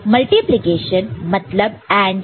multiplication मतलब AND है